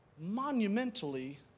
monumentally